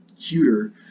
cuter